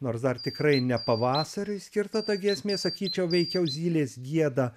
nors dar tikrai ne pavasariui skirta ta giesmė sakyčiau veikiau zylės gieda